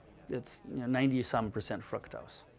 it's ninety some percent fructose.